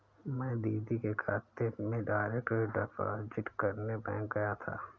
मैं दीदी के खाते में डायरेक्ट डिपॉजिट करने बैंक गया था